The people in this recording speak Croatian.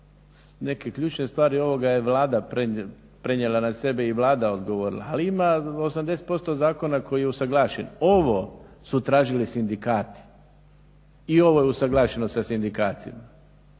neke ključne stvari ovoga je Vlada prenijela na sebe i Vlada odgovorila, ali ima 80% zakona koji je usuglašen. Ovo su tražili sindikati i ovo je usuglašeno sa sindikatima.